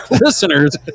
listeners